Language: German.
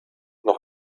noch